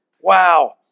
Wow